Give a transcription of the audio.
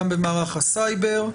גם במערך הסייבר.